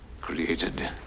created